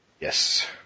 Yes